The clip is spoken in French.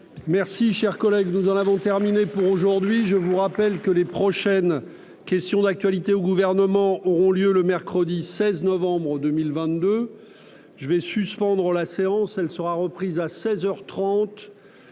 Merci, chers collègues, nous en avons terminé pour aujourd'hui, je vous rappelle que les prochaines questions d'actualité au gouvernement auront lieu le mercredi 16 novembre 2022 je vais suspendre la séance, elle sera reprise à 16